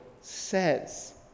says